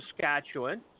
Saskatchewan